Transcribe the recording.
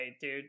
dude